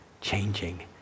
changing